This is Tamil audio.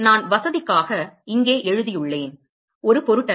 நான் வசதிக்காக இங்கே எழுதியுள்ளேன் ஒரு பொருட்டல்ல